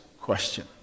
question